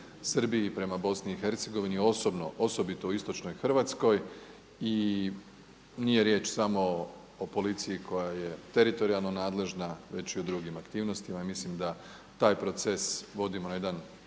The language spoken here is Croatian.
Srbiji i Bosni i Hercegovini osobito u Istočnoj Hrvatskoj. I nije riječ samo o policiji koja je teritorijalno nadležna već i o drugim aktivnostima i mislim da taj proces vodimo na jedan